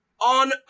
On